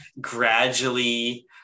gradually